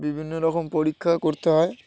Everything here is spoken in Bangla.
বিভিন্ন রকম পরীক্ষা করতে হয়